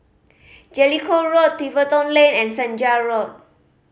Jellicoe Road Tiverton Lane and Senja Road